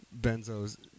Benzos